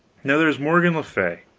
now there's morgan le fay,